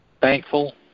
thankful